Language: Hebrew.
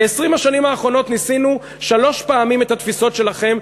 ב-20 השנים האחרונות ניסינו שלוש פעמים את התפיסות שלכם,